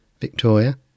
Victoria